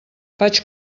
faig